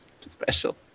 special